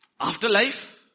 Afterlife